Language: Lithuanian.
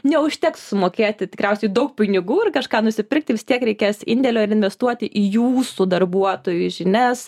neužteks sumokėti tikriausiai daug pinigų ir kažką nusipirkti vis tiek reikės indėlio ir investuot į jūsų darbuotojų žinias